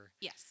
Yes